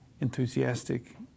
enthusiastic